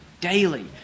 daily